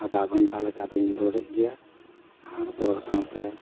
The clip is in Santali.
ᱟᱫᱷᱟ ᱜᱷᱚᱱᱴᱟ ᱞᱮᱠᱟ ᱫᱚᱧ ᱫᱟᱹᱲᱮᱫ ᱜᱮᱭᱟ ᱟᱨ ᱫᱟᱹᱲ ᱥᱟᱶᱛᱮ